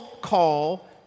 call